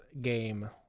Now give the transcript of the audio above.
game